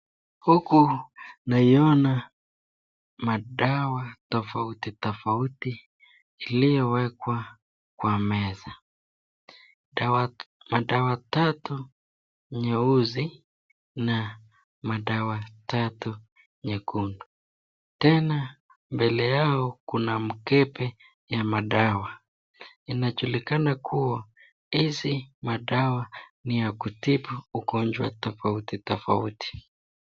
Huku naiona madawa tofauti tofauti iliyowekwa kwa meza. Madawa tatu nyeusi na madawa tatu nyekundu. Tena mbele yao kuna mkebe ya madawa. Inajulikana kuwa hizi madawa ni ya kutibu ugonjwa tofauti tofauti.